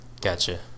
Gotcha